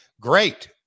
great